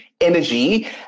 energy